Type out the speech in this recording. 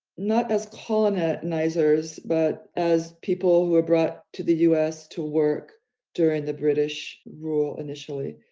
not as colonizers, but as people who were brought to the us to work during the british rule initially,